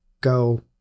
go